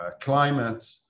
climate